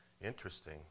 Interesting